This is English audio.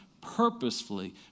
purposefully